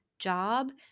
job